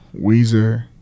Weezer